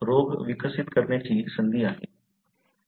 रोग विकसित करण्याची संधी आहे